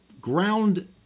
ground